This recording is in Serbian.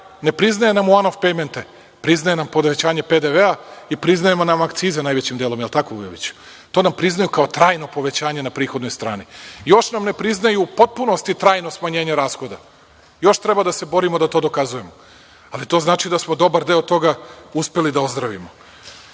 Ne priznaje nam one of payment, priznaje nam povećanje PDV-a i priznaje nam akcize najvećim delom. Da li je tako, Vujoviću? To nam priznaju kao trajno povećanje na prihodnoj strani. Još nam ne priznaju u potpunosti trajno smanjenje rashoda. Još treba da se borimo da to dokazujemo, ali to znači da smo dobar deo toga uspeli da ozdravimo. Oko